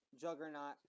juggernaut